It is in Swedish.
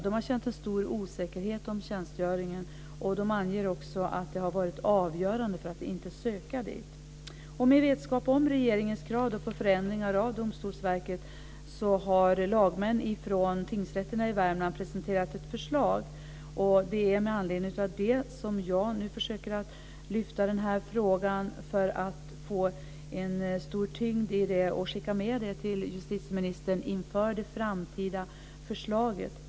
De har känt en stor osäkerhet om tjänstgöringen, och de anger också att detta har varit avgörande för att de inte har sökt dit. Med vetskap om regeringens krav på förändringar av Domstolsverket har lagmän från tingsrätterna i Värmland presenterat ett förslag. Det är med anledning av detta som jag nu försöker lyfta denna fråga. Jag vill på så sätt få en stor tyngd i den, och jag vill skicka med detta till justitieministern inför det framtida förslaget.